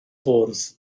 bwrdd